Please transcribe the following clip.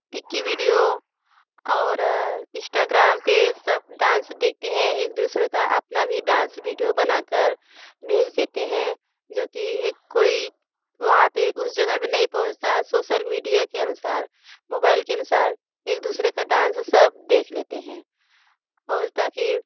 टिकी की विडियो और इश्टाग्राम पेज़ सब डांस देखते हैं एक दूसरे का अपना भी डांस वीडियो बनाकर भेज देते हैं जोकि एक कोई वहाँ पे उस जगह पे नहीं पहुँचता सोसल मीडिया के अनुसार मोबाइल के अनुसार एक दूसरे का डांस सब देख लेते हैं और ताकि